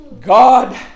God